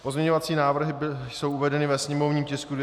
Pozměňovací návrhy jsou uvedeny ve sněmovním tisku 257/3.